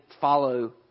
follow